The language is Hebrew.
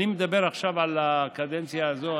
אני מדבר עכשיו על הקדנציה הזאת,